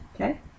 Okay